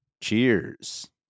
cheers